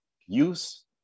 use